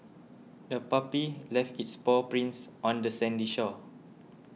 the puppy left its paw prints on the sandy shore